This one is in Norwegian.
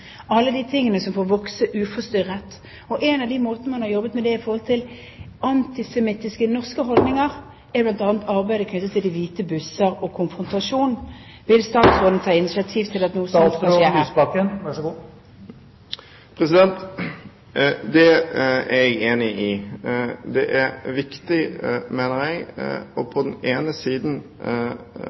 alle de tingene som får vokse uforstyrret. En av måtene man har jobbet med antisemittiske norske holdninger på, har bl.a. vært arbeidet knyttet til Hvite busser og konfrontasjon. Vil statsråden ta initiativ til at noe sånt kan skje her? Det er jeg enig i. Det er viktig, mener jeg, på den ene siden